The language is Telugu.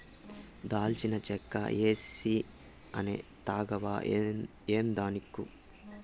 దాల్చిన చెక్క ఏసీ అనే తాగవా ఏందానిక్కు